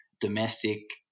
domestic